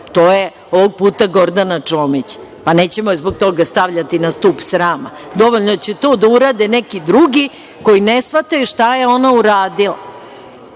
to je ovog puta Gordana Čomić. Pa, nećemo je zbog toga stavljati na stub srama! Dovoljno će to da urade neki drugi, koji ne shvataju šta je ona uradila.